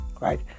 right